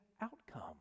outcome